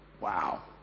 Wow